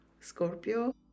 Scorpio